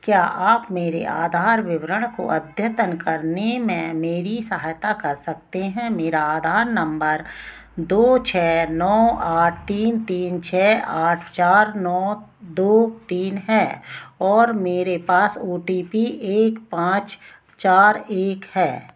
क्या आप मेरे आधार विवरण को अद्यतन करने में मेरी सहायता कर सकते हैं मेरा आधार नम्बर दो छः नौ आठ तीन तीन छः आठ चार नौ दो तीन है और मेरे पास ओ टी पी एक पाँच चार एक है